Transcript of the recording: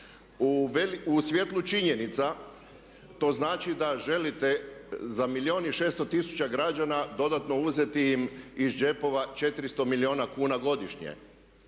U svjetlu činjenica to znači da želite za milijun i 600 tisuća građana dodatno uzeti im iz džepova 400 milijuna kuna godišnje.